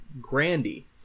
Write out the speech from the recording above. Grandy